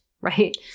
right